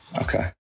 Okay